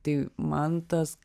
tai man tas